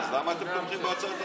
אז למה אתם תומכים בהצעת החוק?